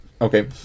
okay